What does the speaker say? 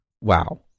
wow